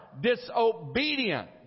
disobedient